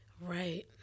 Right